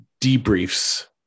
debriefs